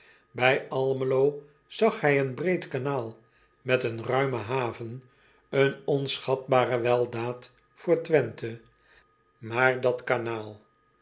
ij lmelo zag hij een breed kanaal met een ruime haven een onschatbare weldaad voor wenthe maar dat kanaal